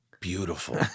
beautiful